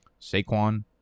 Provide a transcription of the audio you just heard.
Saquon